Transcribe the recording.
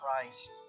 Christ